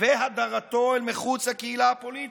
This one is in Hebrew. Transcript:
והדרתו אל מחוץ לקהילה הפוליטית.